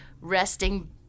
Resting